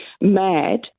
mad